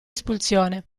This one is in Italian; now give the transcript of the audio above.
espulsione